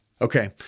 Okay